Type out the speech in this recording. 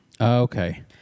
Okay